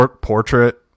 portrait